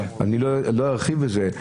אני לא ארחיב בזה,